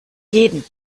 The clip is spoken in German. jeden